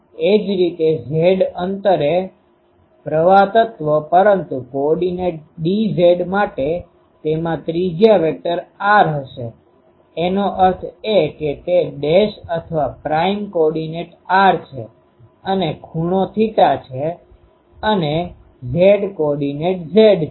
એ જ રીતે z અંતરે પ્રવાહ તત્વ પરંતુ કોઓર્ડિનેટ dz' માટે તેમાં ત્રિજ્યા વેક્ટર r' હશે એનો અર્થ એ કે તે ડેશ અથવા પ્રાઈમ કોઓર્ડિનેટ્સ r' છે અને ખૂણો θ' છે અને z કોઓર્ડિનેટ z' છે